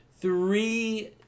three